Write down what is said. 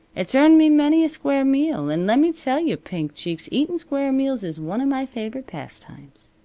it's earned me many a square meal an' lemme tell you, pink cheeks, eatin' square meals is one of my favorite pastimes.